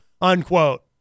Unquote